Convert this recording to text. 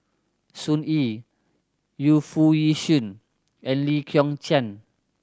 Sun Yee Yu Foo Yee Shoon and Lee Kong Chian